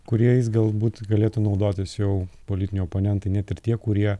kuriais galbūt galėtų naudotis jau politiniai oponentai net ir tie kurie